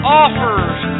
offers